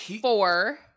four